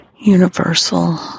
universal